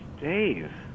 Dave